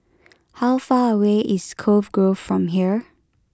how far away is Cove Grove from here